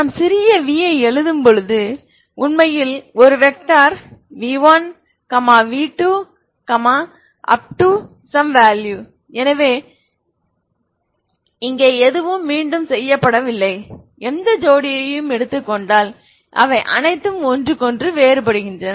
நான் சிறிய v எழுதும் போது உண்மையில் ஒரு வெக்டார் v1 v2 எனவே இங்கே எதுவும் மீண்டும் செய்யப்படவில்லை எந்த ஜோடியையும் எடுத்துக் கொண்டால் அவை அனைத்தும் ஒன்றுக்கொன்று வேறுபடுகின்றன